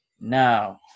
now